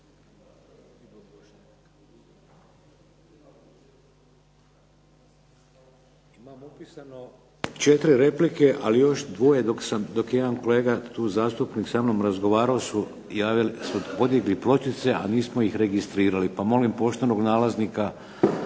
uključen./… četiri replike, ali još dvoje dok sam, dok je jedan kolega tu zastupnik samnom razgovarao su javili, su podigli pločice, a nismo iz registrirali, pa molim poštenog nalaznika